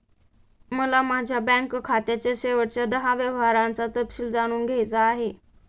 मला माझ्या बँक खात्याच्या शेवटच्या दहा व्यवहारांचा तपशील जाणून घ्यायचा आहे